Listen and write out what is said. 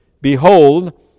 behold